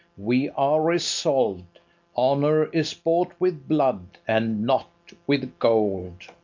we are resolv'd honour is bought with blood, and not with gold.